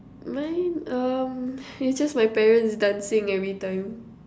mine um it's just my parents dancing every time